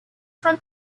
from